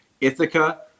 Ithaca